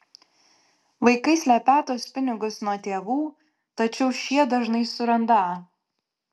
vaikai slepią tuos pinigus nuo tėvų tačiau šie dažnai surandą